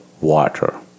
water